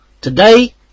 Today